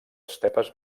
estepes